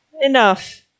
enough